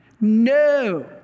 No